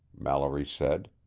mallory said.